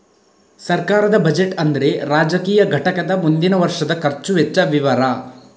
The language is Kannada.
ಸರ್ಕಾರದ ಬಜೆಟ್ ಅಂದ್ರೆ ರಾಜಕೀಯ ಘಟಕದ ಮುಂದಿನ ವರ್ಷದ ಖರ್ಚು ವೆಚ್ಚ ವಿವರ